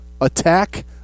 attack